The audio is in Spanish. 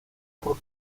por